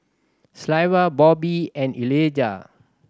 Sylva Bobbi and Elijah